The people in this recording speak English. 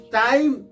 time